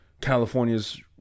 California's